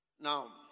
Now